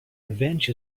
revenge